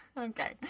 Okay